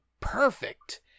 perfect